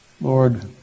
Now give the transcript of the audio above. Lord